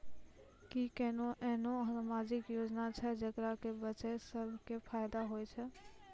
कि कोनो एहनो समाजिक योजना छै जेकरा से बचिया सभ के फायदा होय छै?